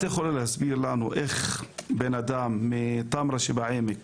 האם את יכולה להסביר לנו איך אדם מטמרה שבעמק